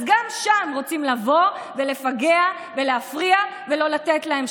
וגם שם רוצים לבוא ולפגע ולהפריע ולא לתת להם,